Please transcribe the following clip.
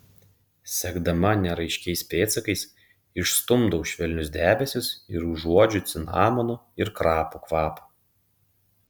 sekdama neraiškiais pėdsakais išstumdau švelnius debesis ir užuodžiu cinamonų ir krapų kvapą